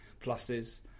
pluses